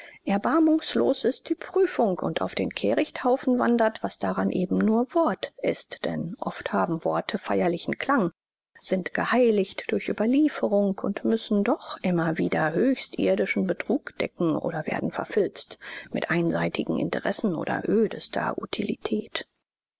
erbarmungslos ist die prüfung und auf den kehrichthaufen wandert was daran eben nur wort ist denn oft haben worte feierlichen klang sind geheiligt durch überlieferung und müssen doch immer wieder höchst irdischen betrug decken oder werden verfilzt mit einseitigen interessen oder ödester